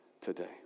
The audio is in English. today